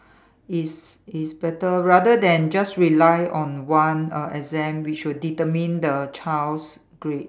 is is better rather than just rely on one err exam which will determine the child's grade